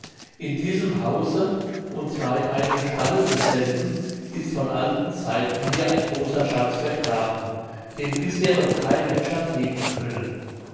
in diesem hause und zwar in einem stalle desselben ist von alten zeiten her ein großer schatz vergraben den bisher noch kein mensch hat heben können